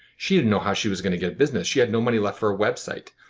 she didn't know how she was going to get business. she had no money left for a website.